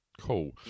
Cool